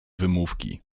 wymówki